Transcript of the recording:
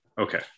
okay